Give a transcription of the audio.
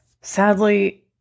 Sadly